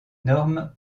normes